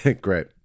Great